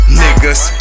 niggas